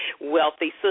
Wealthy